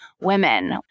women